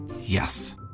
yes